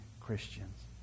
Christians